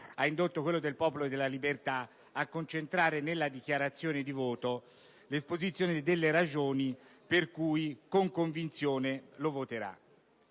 ha indotto quello del Popolo della Libertà a concentrare nella dichiarazione di voto l'esposizione delle ragioni per cui con convinzione lo voterà.